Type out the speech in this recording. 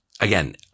Again